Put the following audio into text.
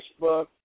Facebook